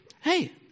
Hey